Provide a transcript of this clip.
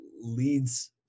leads